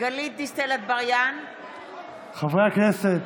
גלית דיסטל אטבריאן, אינה נוכחת חברי הכנסת.